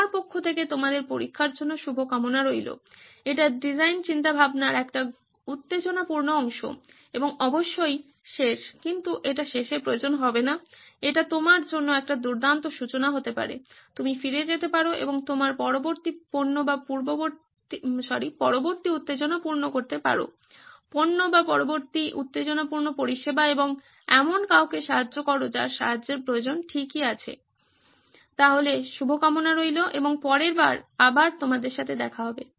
আমার পক্ষ থেকে তোমাদের পরীক্ষার জন্য শুভকামনা রইলো এটি ডিজাইন চিন্তাভাবনার একটি উত্তেজনাপূর্ণ অংশ এবং অবশ্যই শেষ কিন্তু এটি শেষের প্রয়োজন হবে না এটি তোমার জন্য একটি দুর্দান্ত সূচনা হতে পারে তুমি ফিরে যেতে পারো এবং তোমার পরবর্তী পণ্য বা পরবর্তী উত্তেজনাপূর্ণ করতে পারো পণ্য বা পরবর্তী উত্তেজনাপূর্ণ পরিষেবা এবং এমন কাউকে সাহায্য করো যার সাহায্যের প্রয়োজন ঠিক আছে তাহলে শুভকামনা রইলো এবং পরের বার আবার তোমাদের সাথে দেখা হবে